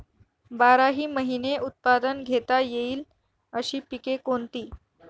बाराही महिने उत्पादन घेता येईल अशी पिके कोणती?